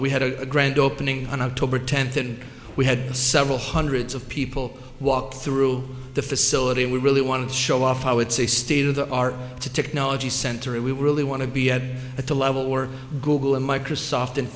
we had a grand opening on october tenth and we had several hundreds of people walk through the facility and we really want to show off how it's a state of the art technology center and we really want to be had at the level or google and microsoft and